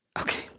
Okay